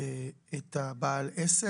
בעל העסק,